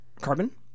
carbon